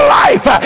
life